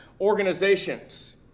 organizations